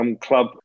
club